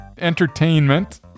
entertainment